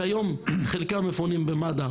כיום חלקם מפונים על ידי מד"א,